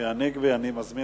אנחנו ממשיכים